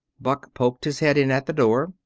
buck poked his head in at the door.